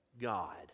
God